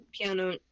piano